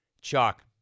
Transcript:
Chuck